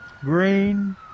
green